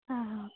ആ ആഹ് ഓക്കേ